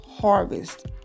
harvest